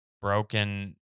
broken